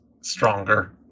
stronger